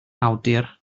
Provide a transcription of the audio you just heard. awdur